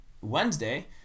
Wednesday